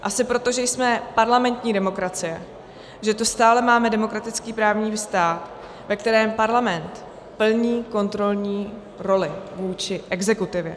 Asi proto, že jsme parlamentní demokracie, že tu stále máme demokratický právní stát, ve kterém Parlament plní kontrolní roli vůči exekutivě.